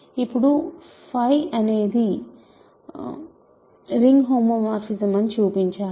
ఇప్పుడు 𝚽 అనేది ring homomorphism అని చూపించాలి